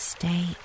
Stay